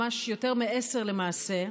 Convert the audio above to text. ממש, יותר מעשר, למעשה,